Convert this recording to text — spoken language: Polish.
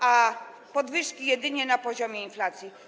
a podwyżki jedynie na poziomie inflacji.